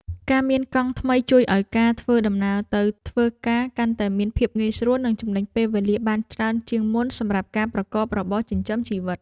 ការមានកង់ថ្មីជួយឱ្យការធ្វើដំណើរទៅធ្វើការកាន់តែមានភាពងាយស្រួលនិងចំណេញពេលវេលាបានច្រើនជាងមុនសម្រាប់ការប្រកបរបរចិញ្ចឹមជីវិត។